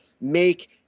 make